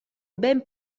ben